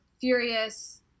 furious